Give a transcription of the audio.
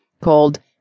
called